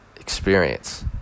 experience